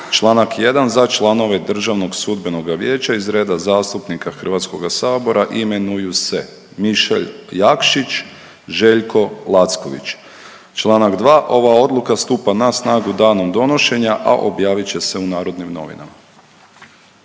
„Čl. 1. za članove DSV-a iz reda zastupnika HS-a imenuju se Mišel Jakšić, Željko Lacković. Čl. 2. ova odluka stupa na snagu danom donošenja, a objavit će se u Narodnim novinama.“.